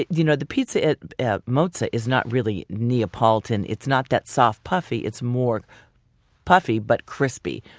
you know the pizza at at mozza is not really neapolitan, it's not that soft puffy, it's more puffy but crispy.